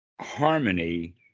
harmony